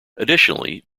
additionally